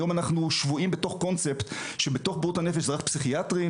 היום אנחנו שבויים בתוך קונספט שבתוך בריאות הנפש זה רק פסיכיאטרים,